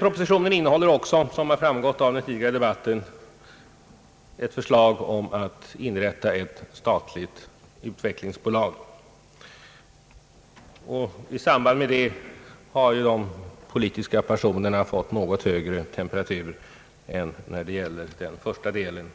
Propositionen innehåller också, vilket framgått av den tidigare debatten, ett förslag att inrätta ett statligt utvecklingsbolag. I samband med detta har de politiska passionerna fått en något högre temperatur än när det gäller den första delen